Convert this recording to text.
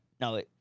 no